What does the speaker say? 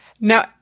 Now